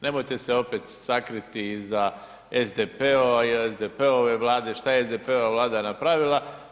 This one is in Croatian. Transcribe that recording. Nemojte se opet sakriti iza SDP-a i SDP-ove Vlade, šta je SDP-ova Vlada napravila.